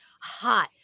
hot